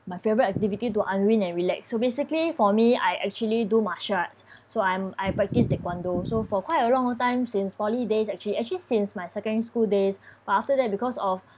my favourite activity to unwind and relax so basically for me I actually do martial arts so I'm I practice taekwondo so for quite a long time since poly days actually actually since my secondary school days but after that because of